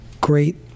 great